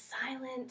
silent